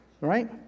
right